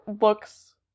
looks